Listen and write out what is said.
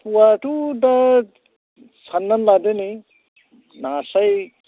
फवाथ' दा साननानै लादो नै नास्राय